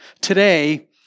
Today